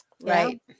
Right